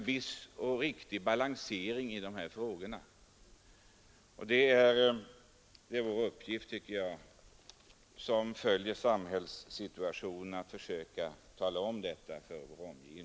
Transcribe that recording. Vi måste göra en riktig balansering i dessa frågor.